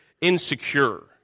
insecure